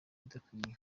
idakwiye